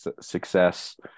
success